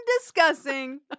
discussing